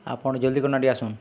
ଆପଣ ଜଲ୍ଦି କିନା ଟିକେ ଆସୁନ୍